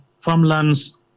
farmlands